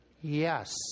Yes